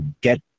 get